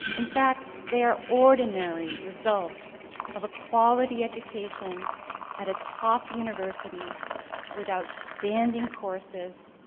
in fact, they are ordinary results of a quality education at a top university with outstanding courses,